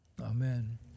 Amen